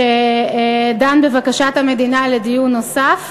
שדן בבקשת המדינה לדיון נוסף: